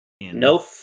No